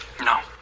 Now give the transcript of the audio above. No